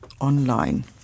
online